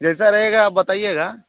जैसा रहेगा आप बताइएगा